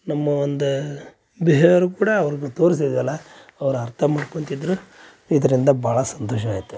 ನಮ್ಮ ಒಂದು ಬಿಹೇವಿಯರ್ ಕೂಡ ಅವ್ರ್ಗೆ ತೋರಿಸಿದಲ್ಲ ಅವ್ರು ಅರ್ಥ ಮಾಡ್ಕೊಂತಿದ್ದರು ಇದರಿಂದ ಭಾಳ ಸಂತೋಷ ಆಯಿತು